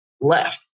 left